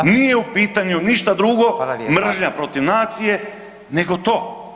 Nije u pitanju ništa drugo [[Upadica: Fala lijepo]] mržnja protiv nacije nego to.